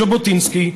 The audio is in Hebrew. זאב ז'בוטינסקי,